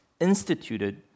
instituted